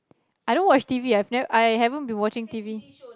I don't watch t_v I have never I haven't been watching t_v